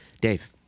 Dave